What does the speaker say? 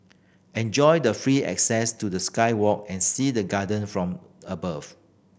enjoy the free access to the sky walk and see the garden from above